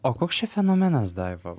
o koks čia fenomenas daiva